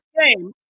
game